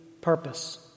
purpose